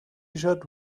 tshirt